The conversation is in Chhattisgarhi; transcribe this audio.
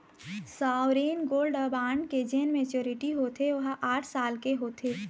सॉवरेन गोल्ड बांड के जेन मेच्यौरटी होथे ओहा आठ साल के होथे